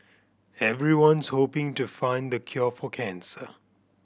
everyone's hoping to find the cure for cancer